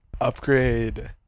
upgrade